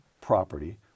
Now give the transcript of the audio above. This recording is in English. property